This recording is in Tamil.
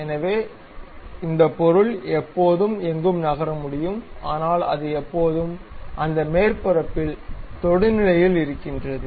எனவே இந்த பொருள் எப்போதும் எங்கும் நகர முடியும் ஆனால் அது எப்போதும் அந்த மேற்பரப்பில் தொடுநிலையில் இருக்கின்றது